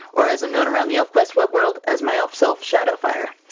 or as i'm known around the elfquest web world as my elf-self, shadowfire.